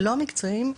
לא מקצועיים,